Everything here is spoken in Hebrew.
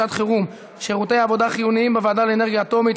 לשעת חירום (שירותי עבודה חיוניים בוועדה לאנרגיה אטומית),